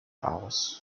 hours